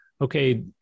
okay